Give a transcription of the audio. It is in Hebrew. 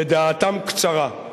ודעתם קצרה.